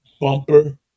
bumper